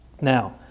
Now